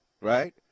right